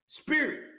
spirit